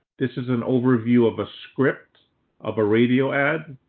this is an overview of a script of a radio ad.